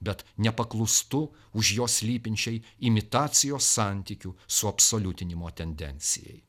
bet nepaklūstu už jo slypinčiai imitacijos santykių suabsoliutinimo tendencijai